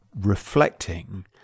reflecting